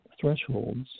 thresholds